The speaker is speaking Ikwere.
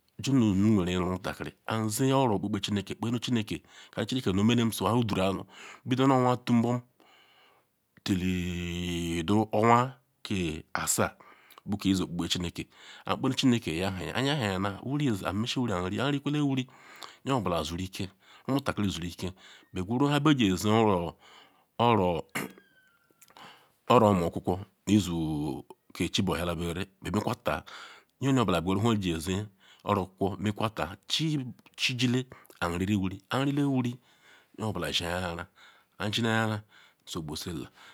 Ji nu nunreren nu rumutahiri nzi nu oro okpokpe chineke kamu chineke omere ru oduru ana runu onwa otun nbom lillii du nu onwa ke asa nbu ke so okpokpene chineke nkpenu chineke yehaya nyahanga wuri ka nmesi wusi nriwuri nye obula zurike omutakiri zurike beqweru nhe beji aza oro omuokwukwo ke izu berere be mekwata nye nunye obula qweru nhe ozu ezi oru okwu okwo mekwata chijile nriri wuri nrile wuri nye obula shenanyara nshenle anyara nsogbu zile.